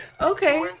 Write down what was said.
Okay